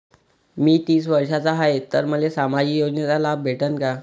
मी तीस वर्षाचा हाय तर मले सामाजिक योजनेचा लाभ भेटन का?